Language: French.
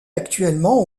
actuellement